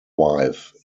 wife